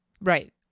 Right